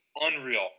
unreal